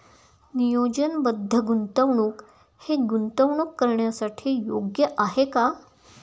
नियोजनबद्ध गुंतवणूक हे गुंतवणूक करण्यासाठी योग्य आहे का?